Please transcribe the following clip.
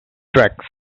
tracks